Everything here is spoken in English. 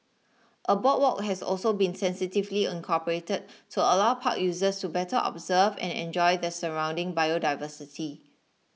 a boardwalk has also been sensitively incorporated to allow park users to better observe and enjoy the surrounding biodiversity